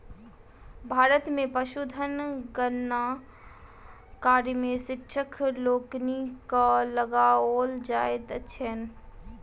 भारत मे पशुधन गणना कार्य मे शिक्षक लोकनि के लगाओल जाइत छैन